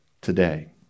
today